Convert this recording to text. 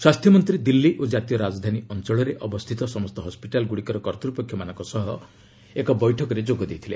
ସ୍ୱାସ୍ଥ୍ୟମନ୍ତ୍ରୀ ଦିଲ୍ଲୀ ଓ ଜାତୀୟ ରାଜଧାନୀ ଅଞ୍ଚଳରେ ଅବସ୍ଥିତ ସମସ୍ତ ହସ୍ୱିଟାଲଗୁଡ଼ିକର କର୍ତ୍ତପକ୍ଷମାନଙ୍କ ସହ ଏକ ବୈଠକରେ ଯୋଗ ଦେଇଥିଲେ